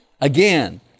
again